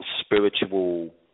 spiritual